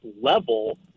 level